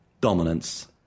dominance